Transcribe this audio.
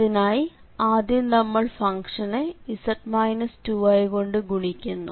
അതിനായി ആദ്യം നമ്മൾ ഫംഗ്ഷനെ z 2i കൊണ്ട് ഗുണിക്കുന്നു